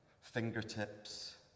fingertips